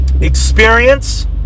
Experience